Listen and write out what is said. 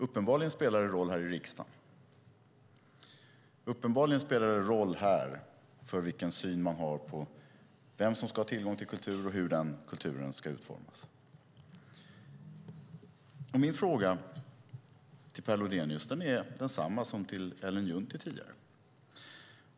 Uppenbarligen spelar det roll här i riksdagen för vilken syn man har på vem som ska ha tillgång till kultur och hur den kulturen ska utformas. Min fråga till Per Lodenius är densamma som jag ställde till Ellen Juntti tidigare.